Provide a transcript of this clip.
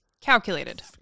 Calculated